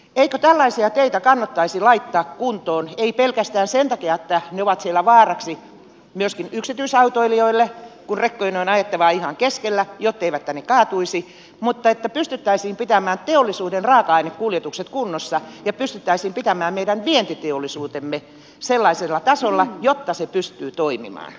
eikö tällaisia teitä kannattaisi laittaa kuntoon ei pelkästään sen takia että ne ovat siellä vaaraksi myöskin yksityisautoilijoille kun rekkojen on ajettava ihan keskellä jotteivät ne kaatuisi vaan myös jotta pystyttäisiin pitämään teollisuuden raaka ainekuljetukset kunnossa ja meidän vientiteollisuutemme sellaisella tasolla että se pystyy toimimaan